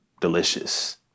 delicious